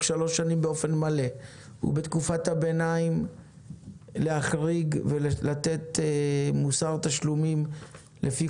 שלוש שנים באופן מלא ובתקופת הביניים להחריג ולתת מוסר תשלומים לפי